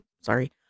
Sorry